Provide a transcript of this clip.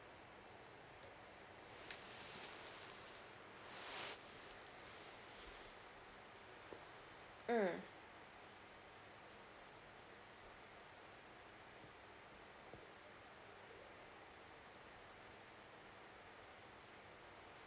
mm